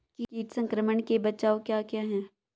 कीट संक्रमण के बचाव क्या क्या हैं?